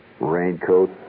raincoat